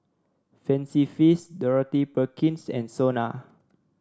Fancy Feast Dorothy Perkins and Sona